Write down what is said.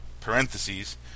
parentheses